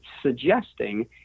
suggesting